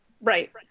Right